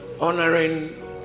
honoring